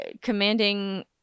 commanding